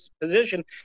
position